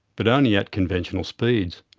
but only at conventional speeds.